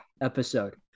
episode